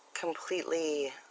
completely